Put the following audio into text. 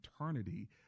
eternity